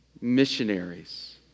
missionaries